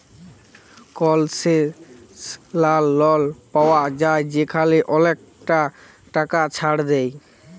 কলসেশলাল লল পাউয়া যায় যেখালে অলেকটা টাকা ছাড় দেয়